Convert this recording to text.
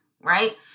right